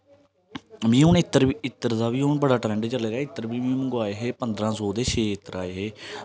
मीं हून इत्र इत्र दा बी बड़ा ट्रैंड चले दा इत्र बी मी हून मंगवाए है पंदरा सौ दे छे इत्र आए हे